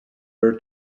were